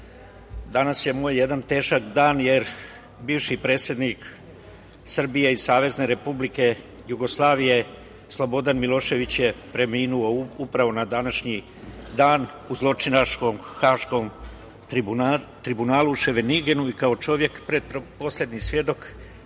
Danas je moj jedan težak dan, jer bivši predsednik Srbije i Savezne Republike Jugoslavije, Slobodan Milošević je preminuo upravo na današnji dan u zločinačkom Haškom tribunalu u Ševeningenu i kao čovek, poslednji svedok